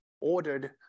ordered